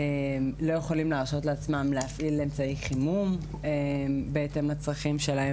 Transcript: הם מקבלים את אותה הנחה כי הם מקבלי הבטחת הכנסה.